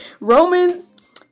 Romans